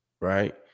right